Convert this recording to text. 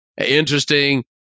Interesting